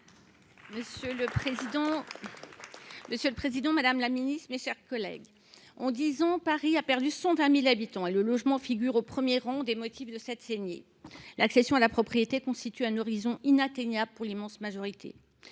Carrère Gée. Madame la ministre, en dix ans, Paris a perdu 120 000 habitants. Le logement figure au premier rang des motifs de cette saignée. L’accession à la propriété constitue un horizon inatteignable pour l’immense majorité.